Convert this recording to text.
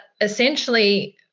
essentially